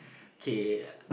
okay